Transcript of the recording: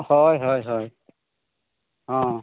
ᱦᱳᱭ ᱦᱳᱭ ᱦᱳᱭ ᱦᱮᱸ